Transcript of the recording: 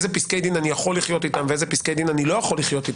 עם איזה פסקי דין אני יכול לחיות ועם איזה פסקי דין אני לא יכול לחיות,